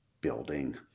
building